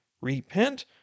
Repent